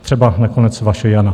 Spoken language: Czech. Třeba nakonec vaše Jana.